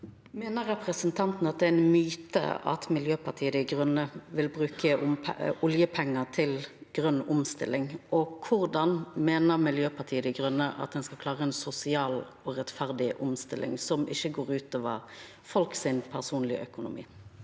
Meiner representanten at det er ein myte at Miljøpartiet Dei Grøne vil bruka oljepengar til grøn omstilling, og korleis meiner Miljøpartiet Dei Grøne at ein skal klara ei sosial og rettferdig omstilling som ikkje går ut over folk sin personlege økonomi?